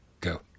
Go